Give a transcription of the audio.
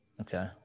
Okay